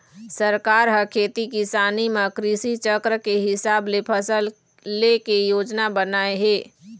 सरकार ह खेती किसानी म कृषि चक्र के हिसाब ले फसल ले के योजना बनाए हे